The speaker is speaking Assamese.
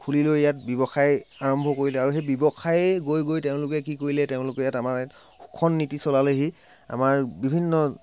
খুলি লৈ ইয়াত ব্যৱসায় আৰম্ভ কৰিলে আৰু সেই ব্যৱসায়ে গৈ গৈ তেওঁলোকে কি কৰিলে তেওঁলোকে ইয়াত আমাৰ ইয়াত শোষণ নীতি চলালেহি আমাৰ বিভিন্ন